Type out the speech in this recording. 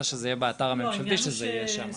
אלא שזה יהיה באתר הממשלתי שזה יהיה שם.